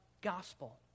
gospel